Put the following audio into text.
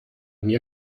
mir